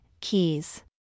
keys